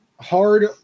hard